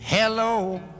Hello